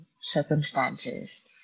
circumstances